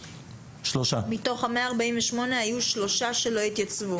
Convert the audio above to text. מתוך ה-148 היו שלושה שלא התייצבו?